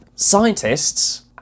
Scientists